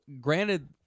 granted